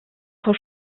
vor